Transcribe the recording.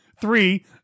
three